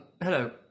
Hello